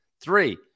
Three